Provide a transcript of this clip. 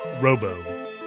Robo